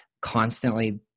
constantly